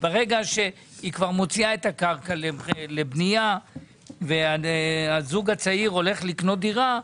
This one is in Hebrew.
ברגע שהיא כבר מוציאה את הקרקע לבנייה והזוג הצעיר הולך לקנות דירה,